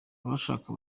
abashaka